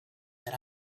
that